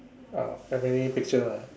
a family picture ah